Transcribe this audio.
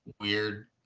weird